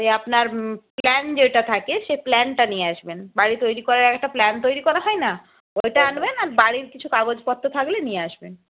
ওই আপনার প্ল্যান যেটা থাকে সে প্ল্যানটা নিয়ে আসবেন বাড়ি তৈরি করার একটা প্ল্যান তৈরি করা হয় না ওইটা আনবেন আর বাড়ির কিছু কাগজপত্র থাকলে নিয়ে আসবেন